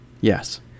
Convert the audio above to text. Yes